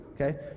okay